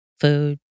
food